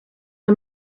her